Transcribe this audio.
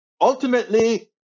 Ultimately